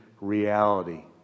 reality